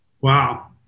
Wow